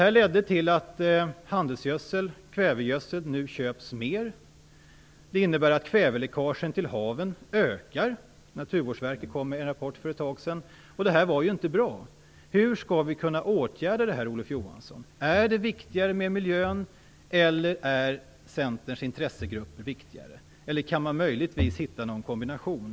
Detta ledde till att handelsgödsel, dvs. kvävegödsel, nu köps mer. Därmed ökar kväveläckagen till haven - Naturvårdsverket kom med en rapport för ett tag sedan. Det här var ju inte bra. Hur skall vi kunna åtgärda det här, Olof Johansson? Är det miljön eller Centerns intressegrupper som är viktigast, eller kan man möjligtvis hitta en kombination?